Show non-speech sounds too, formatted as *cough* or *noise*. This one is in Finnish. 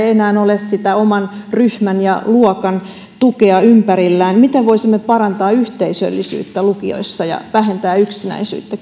*unintelligible* ei enää ole sitä oman ryhmän ja luokan tukea ympärillään kysyisin ministeriltä miten voisimme parantaa yhteisöllisyyttä lukioissa ja vähentää yksinäisyyttä *unintelligible*